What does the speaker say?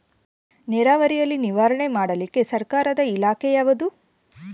ನೇರಾವರಿಯಲ್ಲಿ ನಿರ್ವಹಣೆ ಮಾಡಲಿಕ್ಕೆ ಸರ್ಕಾರದ ಇಲಾಖೆ ಯಾವುದು?